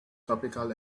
topical